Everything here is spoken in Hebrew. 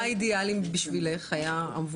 מה אידיאלי עבורך?